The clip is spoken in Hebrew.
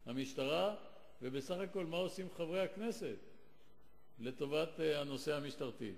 המשטרה ובסך הכול מה עושים חברי הכנסת לטובת נושא המשטרה.